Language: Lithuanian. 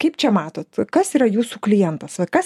kaip čia matot kas yra jūsų klientas va kas